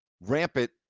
rampant